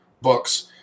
books